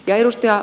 ja ed